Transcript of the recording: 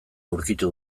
aurkitu